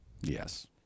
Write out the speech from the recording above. Yes